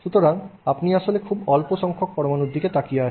সুতরাং আপনি আসলে খুব অল্প সংখ্যক পরমাণুর দিকে তাকিয়ে আছেন